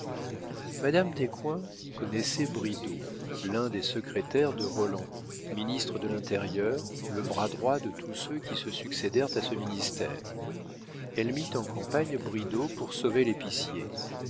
madame descoings connaissait bridau l'un des secrétaires de roland ministre de l'intérieur le bras droit de tous ceux qui se succédèrent à ce ministère elle mit en campagne bridau pour sauver l'épicier